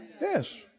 Yes